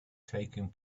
taking